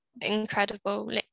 Incredible